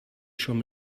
schon